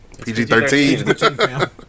PG-13